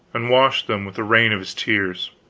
and washed them with the rain of his tears.